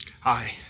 Hi